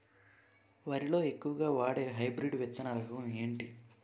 వరి లో ఎక్కువుగా వాడే హైబ్రిడ్ విత్తన రకం ఏంటి?